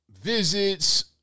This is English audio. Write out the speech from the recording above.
Visits